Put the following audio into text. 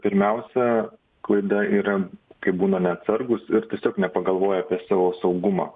pirmiausia klaida yra kai būna neatsargūs ir tiesiog nepagalvoja apie savo saugumą